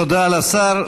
תודה לשר.